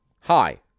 Hi